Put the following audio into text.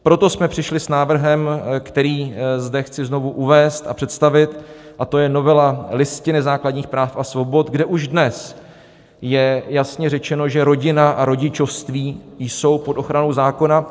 Proto jsme přišli s návrhem, který zde chci znovu uvést a představit, a to je novela Listiny základních práv a svobod, kde už dnes je jasně řečeno, že rodina a rodičovství jsou pod ochranou zákona.